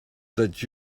that